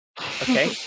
Okay